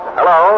Hello